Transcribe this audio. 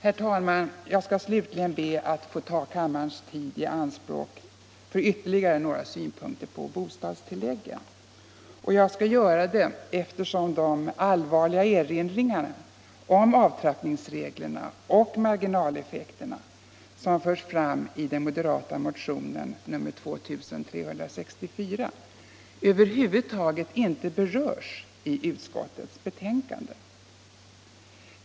Sedan ber jag att få ta kammarens tid i anspråk med ytterligare några synpunkter på bostadstilläggen, eftersom de allvarliga erinringar om avtrappningsreglerna och marginaleffekterna som förs fram i den moderata motionen 2364 över huvud taget inte har berörts i utskottets betänkande.